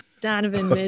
Donovan